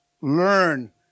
learn